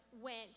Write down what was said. went